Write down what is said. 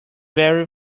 very